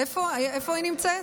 איפה היא נמצאת?